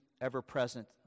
ever-present